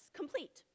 complete